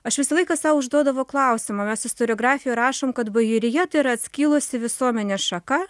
aš visą laiką sau užduodavo klausimą mes istoriografijoj rašom kad bajorija tai yra atskilusi visuomenės šaka